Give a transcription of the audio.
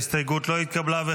ההסתייגות לא התקבלה.